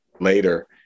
later